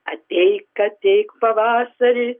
ateik ateik pavasari